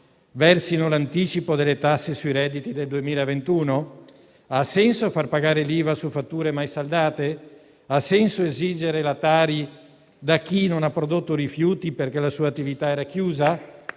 versassero l'anticipo delle tasse sui redditi del 2021? Se avesse senso far pagare l'IVA su fatture mai saldate? Se avesse senso esigere la Tari da chi non ha prodotto rifiuti perché la sua attività era chiusa